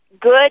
good